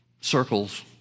circles